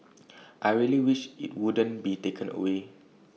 I really wish IT wouldn't be taken away